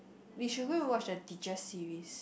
we should go and watch the teacher series